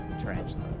Tarantula